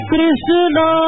Krishna